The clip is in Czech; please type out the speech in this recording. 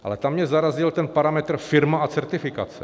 Ale tam mě zarazil ten parametr firma a certifikace.